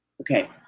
Okay